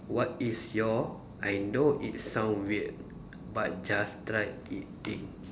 what is your I know it sound weird but just try it thing